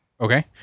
okay